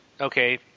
okay